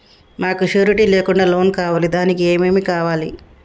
మాకు షూరిటీ లేకుండా లోన్ కావాలి దానికి ఏమేమి కావాలి?